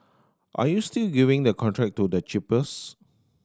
are you still giving the contract to the cheapest